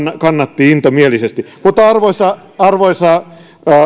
kannatti intomielisesti arvoisa arvoisa